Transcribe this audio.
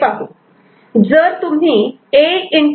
जर तुम्ही A